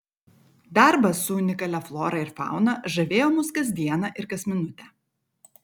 darbas su unikalia flora ir fauna žavėjo mus kas dieną ir kas minutę